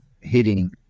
hitting